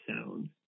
sound